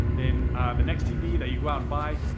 then the next tv that you go out and buy,